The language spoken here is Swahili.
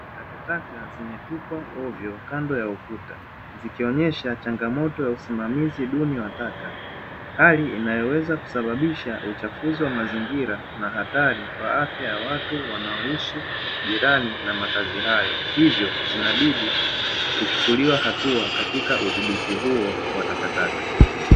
Takataka zimetupwa ovyo kando ya ukuta, ikionyesha changamoto ya usimamizi duni wa taka. Hali inayoweza kusababisha uchafuzi wa mazingira na hatari kwa afya ya watu wanaoishi jirani na makazi hayo, hivyo zinabidi kuchukuliwa hatua katika udhibiti huo wa takataka.